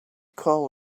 call